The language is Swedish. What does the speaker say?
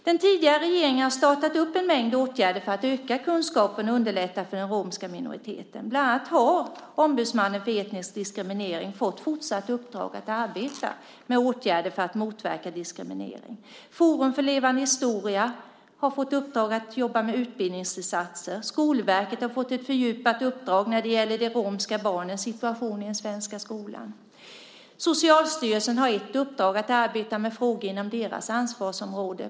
Den tidigare regeringen har startat en mängd åtgärder för att öka kunskapen om och underlätta för den romska minoriteten. Bland annat har Ombudsmannen för etnisk diskriminering fått fortsatt uppdrag att arbeta med åtgärder för att motverka diskriminering. Forum för levande historia har fått i uppdrag att jobba med utbildningsinsatser. Skolverket har fått ett fördjupat uppdrag när det gäller de romska barnens situation i den svenska skolan. Socialstyrelsen har ett uppdrag att arbeta med frågor inom deras ansvarsområde.